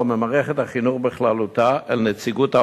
ממערכת החינוך בכללותה אל נציגות ההורים,